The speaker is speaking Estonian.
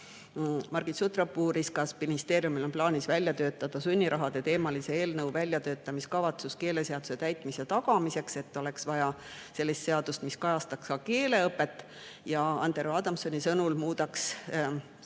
Margit Sutrop uuris, kas ministeeriumil on plaanis välja töötada sunnirahade teemalise eelnõu väljatöötamiskavatsus keeleseaduse täitmise tagamiseks, [ja leidis], et oleks vaja sellist seadust, mis kajastaks keeleõpet. Andero Adamsoni sõnul olekski